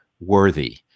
worthy